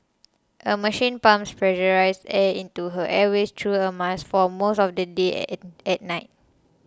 a machine pumps pressurised air into her airways through a mask for most of the day and at night